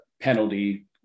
penalty